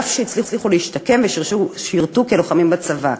אף שהצליחו להשתקם ושירתו כלוחמים בצבא.